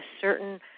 certain